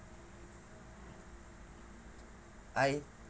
I